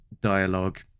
dialogue